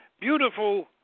beautiful